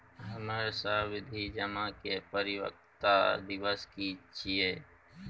हमर सावधि जमा के परिपक्वता दिवस की छियै?